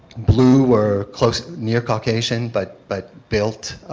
blue were close near caucasian but but built,